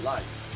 Life